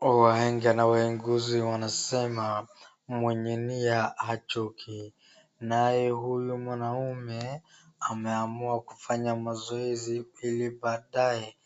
Wahenga na waheguzi wanasema mwenye nia hachoki. Naye huyu mwanaume umeamua kufanya mazoezi ili baadaye